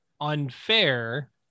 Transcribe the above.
unfair